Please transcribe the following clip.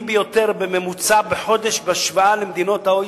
ביותר בממוצע בחודש בהשוואה למדינות ה-OECD,